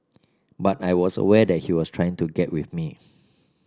but I was aware that he was trying to get with me